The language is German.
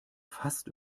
fast